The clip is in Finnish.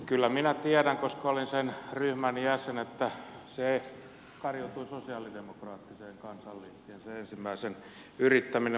kyllä minä tiedän koska olin sen ryhmän jäsen että se ensimmäinen yrittäminen kariutui sosialidemokraattiseen kansanliikkeeseen